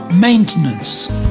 Maintenance